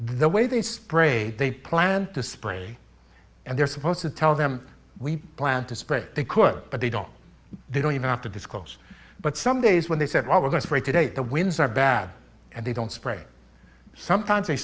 the way they spray they plan to spray and they're supposed to tell them we plan to spray they could but they don't they don't even have to disclose but some days when they said well we're going to break today the winds are bad and they don't spray sometimes they